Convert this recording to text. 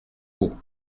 pau